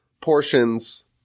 portions